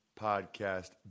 Podcast